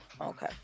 okay